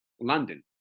london